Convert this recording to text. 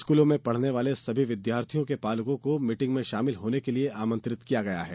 स्कूलों में पढ़ने वाले सभी विद्यार्थियों के पालकों को मीटिंग में शामिल होने के लिए आमंत्रित किया गया है